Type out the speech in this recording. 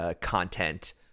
Content